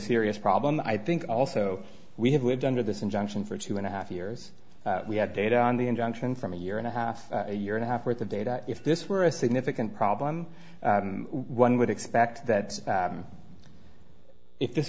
serious problem i think also we have lived under this injunction for two and a half years we had data on the injunction from a year and a half a year and a half worth of data if this were a significant problem one would expect that